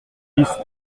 dix